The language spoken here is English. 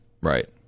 Right